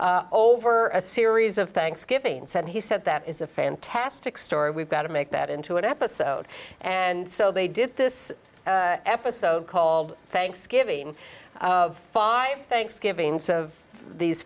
over a series of thanksgiving said he said that is a fantastic story we've got to make that into an episode and so they did this episode called thanksgiving of five thanksgiving these